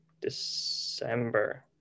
December